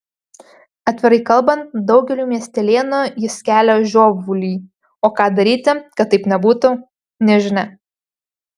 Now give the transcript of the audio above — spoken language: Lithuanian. atvirai kalbant daugeliui miestelėnų jis kelia žiovulį o ką daryti kad taip nebūtų nežinia